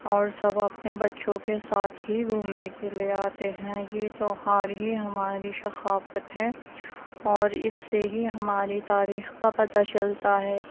اور سب اپنے بچوں کے ساتھ ہی گھومنے کے لیے آتے ہیں یہ تیوہار ہی ہماری ثقافت ہے اور اس سے ہی ہماری تاریخ کا پتا چلتا ہے